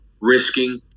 risking